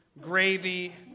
gravy